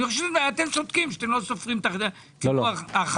אתם צודקים שאתם לא סופרים את הציבור החרדי.